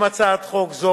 גם הצעת חוק זו